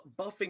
buffing